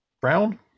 Brown